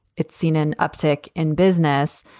it's seen an uptick in business.